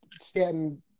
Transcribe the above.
Stanton